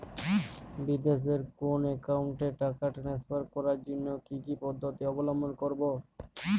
বিদেশের কোনো অ্যাকাউন্টে টাকা ট্রান্সফার করার জন্য কী কী পদ্ধতি অবলম্বন করব?